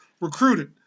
recruited